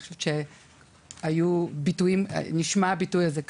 אני חושבת שהביטוי הזה כבר נשמע כאן.